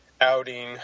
outing